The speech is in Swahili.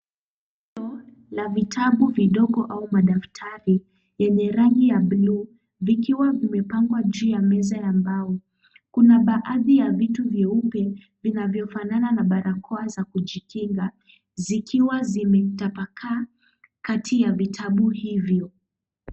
Rundo la vitabu vidogo au madaftari yenye rangi ya bluu vikiwa vimepangwa juu ya meza ya mbao. Kuna baadhi ya vitu vyeupe vinavyofanana na barakoa za kujikinga zikiwa zimetapakaa kati ya vitabu hivyo.